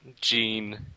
Gene